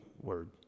word